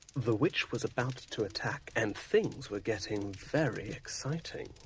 the witch was about to attack, and things were getting very exciting.